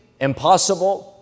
impossible